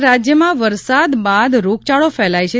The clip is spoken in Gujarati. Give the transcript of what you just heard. સમગ્ર રાજ્યમાં વરસાદ બાદ રોગચાળો ફેલાયો છે